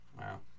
Wow